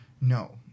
No